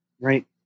Right